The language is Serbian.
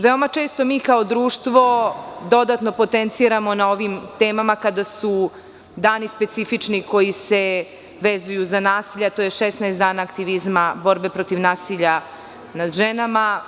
Veoma često mi kao društvo dodatno potenciramo na ovim temama kada su dani specifični koji se vezuju za nasilje, a to je „16 dana aktivizma borbe protiv nasilja nad ženama“